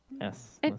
Yes